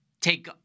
take